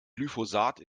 glyphosat